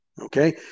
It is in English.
okay